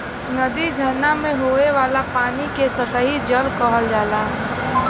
नदी, झरना में होये वाला पानी के सतही जल कहल जाला